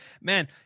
man